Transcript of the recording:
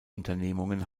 unternehmungen